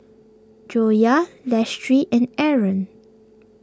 Joyah Lestari and Aaron